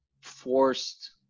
forced